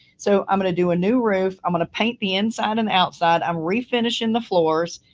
so i'm going to do a new roof. i'm going to paint the inside and outside. i'm refinishing the floors.